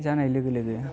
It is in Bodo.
जानाय लोगो लोगो